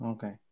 Okay